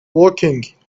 woking